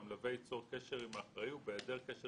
והמלווה ייצור קשר עם האחראי ובהיעדר קשר